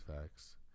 facts